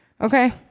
Okay